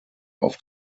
auf